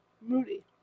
Moody